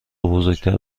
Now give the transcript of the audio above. بزرگتر